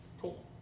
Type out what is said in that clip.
Cool